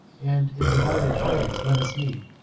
and in divided parties let us meet.